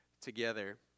together